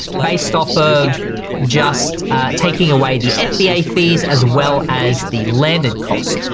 based off of just taking away the fba fees as well as the landed cost.